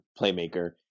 playmaker